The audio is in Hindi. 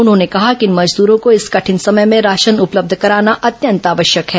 उन्होंने कहा कि इन मजद्रों को इस कठिन समय में राशन उपलब्ध कराना अत्यंत आवश्यक है